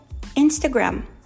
Instagram